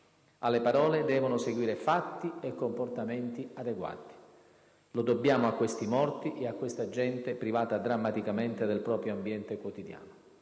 Alle parole devono seguire fatti e comportamenti adeguati: lo dobbiamo a questi morti e a questa gente privata drammaticamente del proprio ambiente quotidiano.